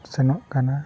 ᱥᱮᱱᱚᱜ ᱠᱟᱱᱟ